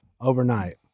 overnight